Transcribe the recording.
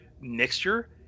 mixture